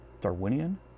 Darwinian